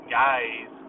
guys